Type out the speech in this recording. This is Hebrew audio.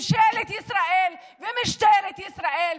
ממשלת ישראל ומשטרת ישראל,